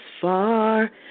Far